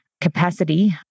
capacity